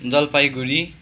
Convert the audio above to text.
Jalpaiguri